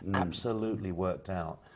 um absolutely worked out.